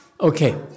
Okay